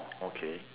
okay